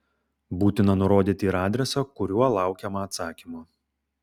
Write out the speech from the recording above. būtina nurodyti ir adresą kuriuo laukiama atsakymo